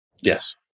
Yes